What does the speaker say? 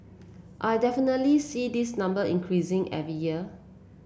I definitely see this number increasing every year